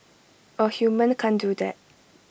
A human can't do that